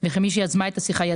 זה המצב שיש לנו